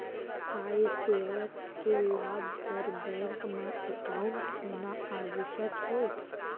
का ये सेवा के लाभ बर बैंक मा एकाउंट होना आवश्यक हे